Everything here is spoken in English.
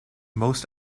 most